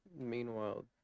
meanwhile